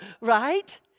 right